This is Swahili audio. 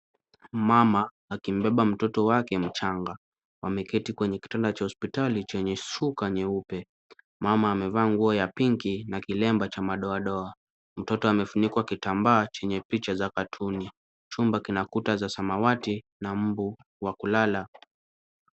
Mama akimbeba mtoto wake mchanga. Wameketi kwenye kitanda cha hospitali chenye shuka nyeupe. Mama amevaa nguo ya pinki na kilemba cha madoadoa. Mtoto amefunikwa kitambaa chenye picha za katuni. Chumba kuna kuta za samawati na mmbu wa kulala.